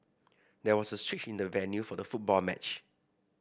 there was a switch in the venue for the football match